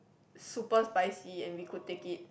super spicy and we could take it